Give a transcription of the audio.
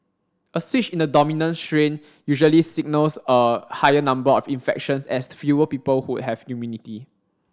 a switch in the dominant strain usually signals a higher number of infections as fewer people would have immunity